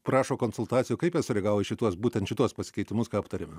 prašo konsultacijų kaip jie sureagavo į šituos būtent šituos pasikeitimus ką aptarėme